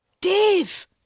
Dave